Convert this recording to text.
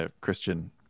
Christian